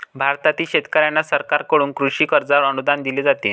भारतातील शेतकऱ्यांना सरकारकडून कृषी कर्जावर अनुदान दिले जाते